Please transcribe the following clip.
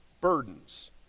burdens